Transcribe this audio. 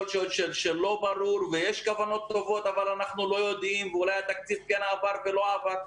שיש כוונות טובות אבל לא יודעים ואולי התקציב כן עבר ולא עבר.